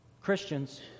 Christians